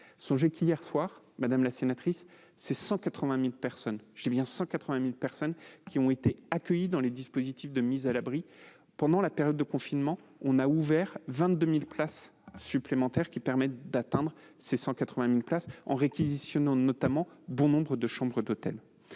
Songez qu'hier soir, madame la sénatrice, 180 000 personnes- je dis bien 180 000 personnes ! -ont été accueillies dans les dispositifs de mise à l'abri. Pendant la période de confinement, nous avons ouvert 22 000 places supplémentaires qui permettent d'atteindre ces 180 000 places en réquisitionnant, notamment, bon nombre de chambres d'hôtel.